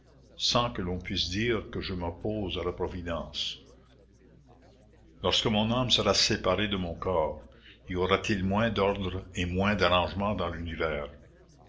sans que l'on puisse dire que je m'oppose à la providence lorsque mon âme sera séparée de mon corps y aura-t-il moins d'ordre et moins d'arrangement dans l'univers